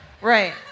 Right